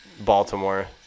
Baltimore